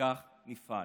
וכך נפעל.